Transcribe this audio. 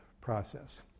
process